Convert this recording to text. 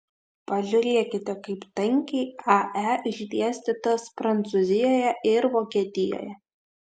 pažiūrėkite kaip tankiai ae išdėstytos prancūzijoje ir vokietijoje